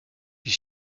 die